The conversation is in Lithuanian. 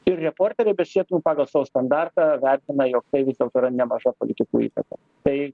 ir reporteriai be sienų pagal savo standartą vertina jog tai vis dėlto yra nemaža politikų įtaka tai